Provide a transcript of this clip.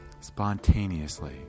spontaneously